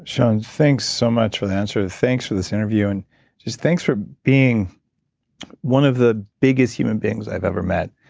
sean, thanks so much for the answer. thanks for this interview and just thanks for being one of the biggest human beings i've ever met.